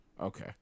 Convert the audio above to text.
Okay